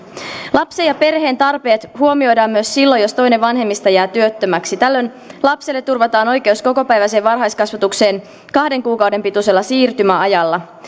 lapsen ja perheen tarpeet huomioidaan myös silloin jos toinen vanhemmista jää työttömäksi tällöin lapselle turvataan oikeus kokopäiväiseen varhaiskasvatukseen kahden kuukauden pituisella siirtymäajalla